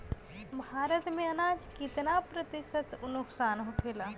भारत में अनाज कितना प्रतिशत नुकसान होखेला?